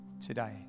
today